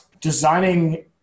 designing